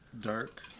dark